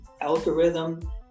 algorithm